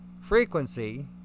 frequency